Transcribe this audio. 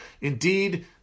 Indeed